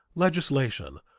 legislation,